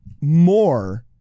More